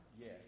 Yes